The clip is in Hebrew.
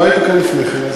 לא היית כאן לפני כן,